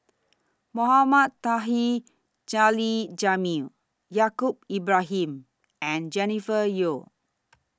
Mohamed Taha Jamil Yaacob Ibrahim and Jennifer Yeo